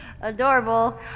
Adorable